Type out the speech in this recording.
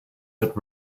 but